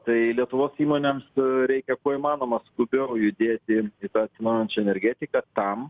tai lietuvos įmonėms reikia kuo įmanoma skubiau judėti atsinaujinančią energetiką tam